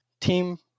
team